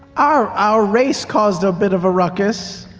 our our race caused a bit of a ruckus,